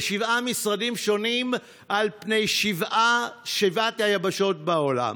לשבעה משרדים שונים על פני שבע היבשות בעולם.